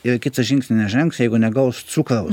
ir kitą žingsnį nežengs jeigu negaus cukraus